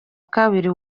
kabiri